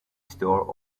store